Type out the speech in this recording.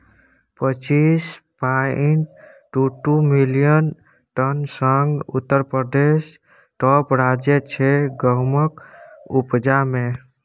पच्चीस पांइट दु दु मिलियन टनक संग उत्तर प्रदेश टाँप राज्य छै गहुमक उपजा मे